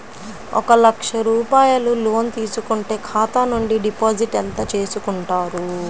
ఒక లక్ష రూపాయలు లోన్ తీసుకుంటే ఖాతా నుండి డిపాజిట్ ఎంత చేసుకుంటారు?